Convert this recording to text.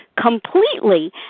completely